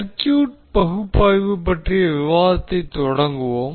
circuit பகுப்பாய்வு பற்றிய விவாதத்தைத் தொடங்குவோம்